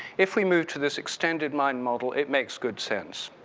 if we move to this extended mind model, it makes good sense.